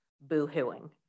boo-hooing